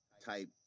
type